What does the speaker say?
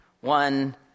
One